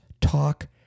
talk